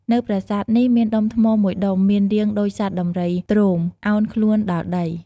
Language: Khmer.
នៅប្រាសាទនេះមានដុំថ្មមួយដុំមានរាងដូចសត្វដំរីទ្រោម អោនខ្លួនដល់ដី។